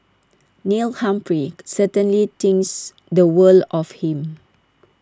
Neil Humphrey certainly thinks the world of him